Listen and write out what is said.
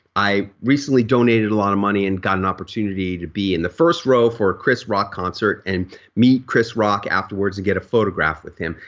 i recently donated a lot of money and got an opportunity to be in the first row for chris rock concert and meet chris rock afterwards and get a photograph with him.